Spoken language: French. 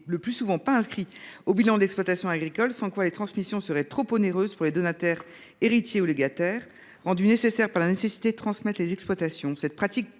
le foncier n’est pas inscrit au bilan de l’exploitation agricole, sans quoi les transmissions seraient trop onéreuses pour les donataires, héritiers ou légataires. Requise par la nécessité de transmettre les exploitations, cette pratique